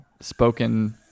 spoken